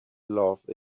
love